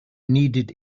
needed